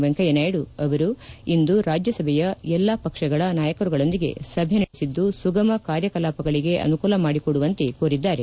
ವೆಂಕಯ್ಯನಾಯ್ದು ಅವರು ಇಂದು ರಾಜ್ಯಸಭೆಯ ಎಲ್ಲಾ ಪಕ್ಷಗಳ ನಾಯಕರುಗಳೊಂದಿಗೆ ಸಭೆ ನಡೆಸಿದ್ದು ಸುಗಮ ಕಾರ್ಯಕಲಾಪಗಳಿಗೆ ಅನುಕೂಲ ಮಾಡಿಕೊಡುವಂತೆ ಕೋರಿದ್ದಾರೆ